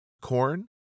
corn